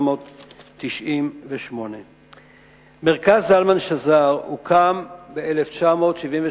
התשנ"ח 1998. מרכז זלמן שזר הוקם בשנת